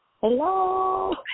hello